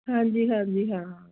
ਹਾਂਜੀ ਹਾਂਜੀ ਹਾਂ